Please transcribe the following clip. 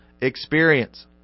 experience